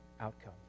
outcome